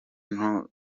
nto